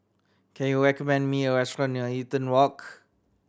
can you recommend me a restaurant near Eaton Walk